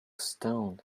stoned